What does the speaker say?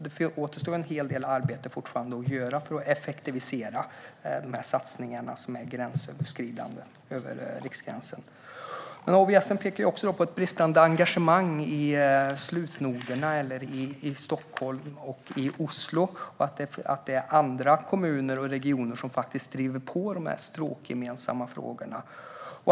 Det återstår fortfarande en hel del arbete för att effektivisera de satsningar som sträcker sig över riksgränsen. I ÅVS:en pekas också på ett bristande engagemang i slutnoderna - Stockholm och Oslo - och att det är andra kommuner och regioner som driver på de stråkgemensamma frågorna.